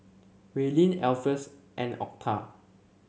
Raelynn Alpheus and Otha